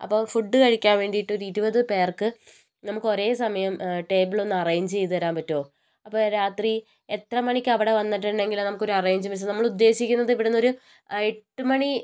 അപ്പോൾ ഫുഡ് കഴിക്കാൻ വേണ്ടിട്ടൊരു ഇരുപത് പേർക്ക് നമുക്ക് ഒരേ സമയം ടേബിളൊന്ന് അറേഞ്ച് ചെയ്ത് തരാൻ പറ്റൊ അപ്പോൾ രാത്രി എത്ര മണിക്ക് അവിടെ വന്നിട്ടിണ്ടെങ്കിലാണ് നമുക്കൊരു അറേഞ്ച് വെച്ച് നമ്മൾ ഉദ്ദേശിക്കുന്നത് ഇവിടന്നൊരു എട്ട് മണി